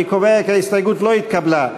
אני קובע כי ההסתייגות לא התקבלה.